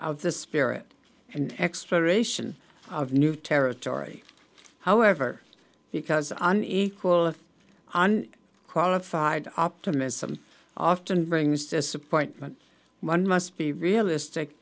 of the spirit and exploration of new territory however because on an equal if on qualified optimism often brings disappointment one must be realistic